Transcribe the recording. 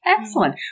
Excellent